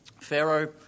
Pharaoh